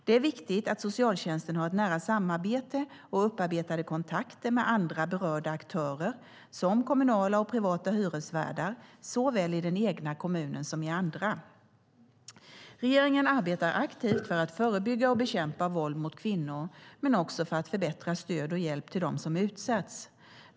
Det är viktigt att socialtjänsten har ett nära samarbete och upparbetade kontakter med andra berörda aktörer som kommunala och privata hyresvärdar, såväl i den egna kommunen som i andra. Regeringen arbetar aktivt för att förebygga och bekämpa våld mot kvinnor men också för att förbättra stöd och hjälp till dem som utsatts.